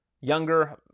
younger